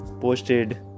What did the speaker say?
posted